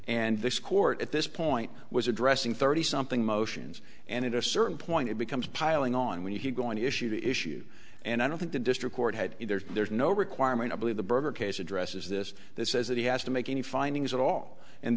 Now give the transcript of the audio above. and this court at this point was addressing thirtysomething motions and it a certain point it becomes piling on when you're going to issue the issue and i don't think the district court had either there's no requirement i believe the berger case addresses this that says that he has to make any findings at all and